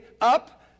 up